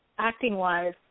Acting-wise